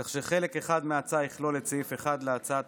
כך שחלק אחד מההצעה יכלול את סעיף 1 להצעת